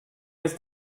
ist